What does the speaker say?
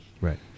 Right